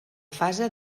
fase